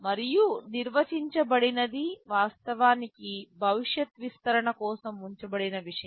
మరియు నిర్వచించబడనిది వాస్తవానికి భవిష్యత్ విస్తరణ కోసం ఉంచబడిన విషయం